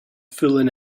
fooling